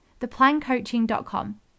theplancoaching.com